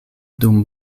dum